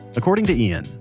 according to ian,